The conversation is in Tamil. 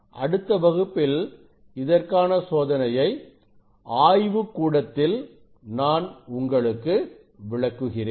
அடுத்த வகுப்பில் இதற்கான சோதனையை ஆய்வுகூடத்தில் நான் உங்களுக்கு விளக்குகிறேன்